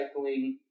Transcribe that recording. recycling